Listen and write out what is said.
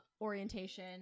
orientation